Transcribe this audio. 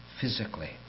physically